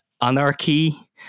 anarchy